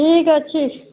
ଠିକ୍ ଅଛି